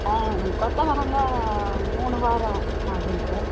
ஆ கொத்தவரங்காய் மூணு வாரம் ஆகும் சார்